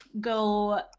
go